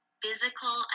physical